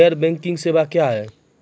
गैर बैंकिंग सेवा क्या हैं?